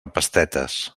pastetes